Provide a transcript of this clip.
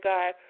God